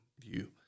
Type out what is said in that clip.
view